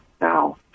now